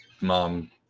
mom